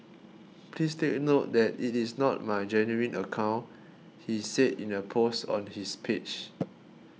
please take note that it is not my genuine account he said in a post on his page